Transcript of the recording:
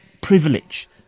privilege